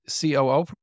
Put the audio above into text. COO